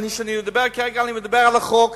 וכשאני מדבר כרגע אני מדבר על החוק,